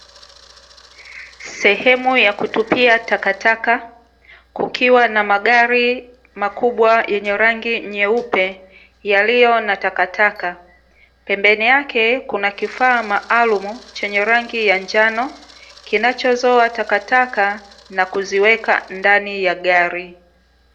Sehemu ya kutupia takataka, kukiwa na magari makubwa yenye rangi nyeupe yaliyo na takataka. Pembeni yake kuna kifaa maalumu chenye rangi ya njano, kinachozoa takataka na kuziweka ndani ya gari.